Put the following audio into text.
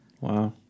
Wow